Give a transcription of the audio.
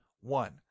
One